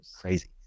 crazy